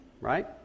right